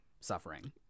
suffering